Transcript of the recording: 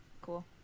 cool